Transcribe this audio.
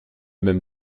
même